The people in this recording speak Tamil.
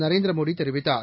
நரேந்திர மோடி தெரிவித்தார்